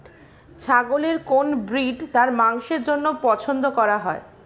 ছাগলের কোন ব্রিড তার মাংসের জন্য পছন্দ করা হয়?